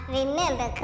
remember